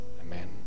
Amen